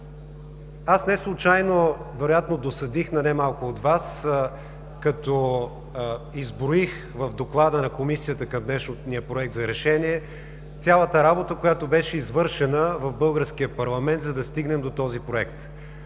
Аз неслучайно, вероятно досадих на не малко от Вас, като изброих в доклада на Комисията към днешния Проект за решение цялата работа, която беше извършена в българския парламент, за да стигнем до този Проект.